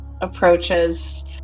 approaches